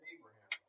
Abraham